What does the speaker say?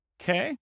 Okay